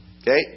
Okay